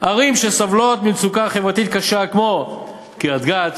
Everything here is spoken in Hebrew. ערים שסובלות ממצוקה חברתית קשה, כמו קריית-גת,